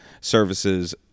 services